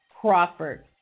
Crawford